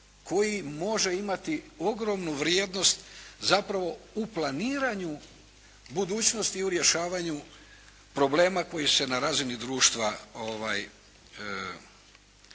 koji može imati ogromnu vrijednost, zapravo u planiranju budućnosti, u rješavanju problema koji se na razini društva uočavaju.